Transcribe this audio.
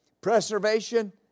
preservation